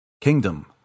kingdom